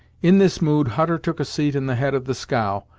in this mood hutter took a seat in the head of the scow,